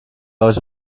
heute